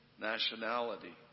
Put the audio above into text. nationality